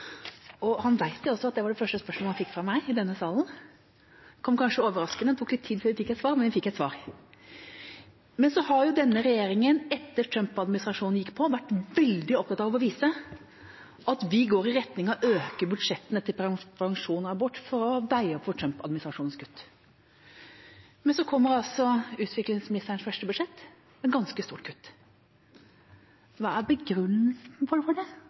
sak. Han vet jo også at det var det første spørsmålet han fikk fra meg i denne salen. Det kom kanskje overraskende, for det tok litt tid før vi fikk et svar, men vi fikk et svar. Etter at Trump-administrasjonen gikk på, har denne regjeringa vært veldig opptatt av å vise at vi går i retning av å øke budsjettene til prevensjon og abort for å veie opp for Trump-administrasjonens kutt. Men så kommer utviklingsministerens første budsjett med et ganske stort kutt. Hva er begrunnelsen for det?